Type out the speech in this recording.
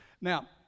Now